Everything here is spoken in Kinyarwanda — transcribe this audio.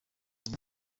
muri